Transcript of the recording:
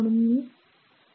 म्हणून मी हे घासतो आहे